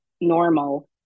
normal